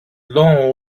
long